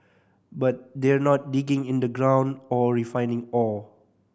but they're not digging in the ground or refining ore